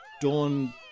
Dawn